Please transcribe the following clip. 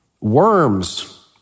Worms